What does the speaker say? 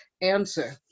answer